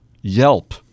Yelp